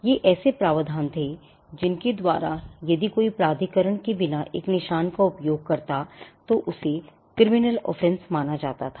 ये ऐसे प्रावधान थे जिनके द्वारा यदि कोई प्राधिकरण के बिना एक निशान का उपयोग करता तो उसे criminal offense माना जाता था